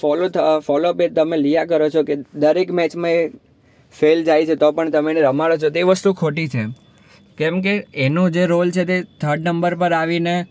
follow follow બે તમે લીયા કરો છો કે દરેક મેચમાં એ ફેલ જાય છે તો પણ તમે એને રમાડો છો તે વસ્તુ ખોટી છે કેમ કે એનો જે રોલ છે તે થર્ડ નંબર પર આવીને